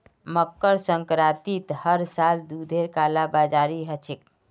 मकर संक्रांतित हर साल दूधेर कालाबाजारी ह छेक